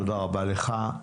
תודה רבה לך.